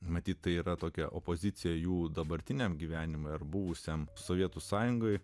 matyt tai yra tokia opozicija jų dabartiniam gyvenimui ar buvusiam sovietų sąjungoje